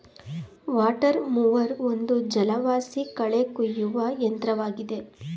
water mower ಒಂದು ಜಲವಾಸಿ ಕಳೆ ಕುಯ್ಯುವ ಯಂತ್ರವಾಗಿದೆ